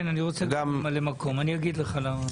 כן אני רוצה ממלא מקום, אני אגיד לך למה.